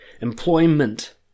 Employment